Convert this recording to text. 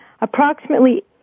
approximately